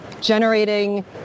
generating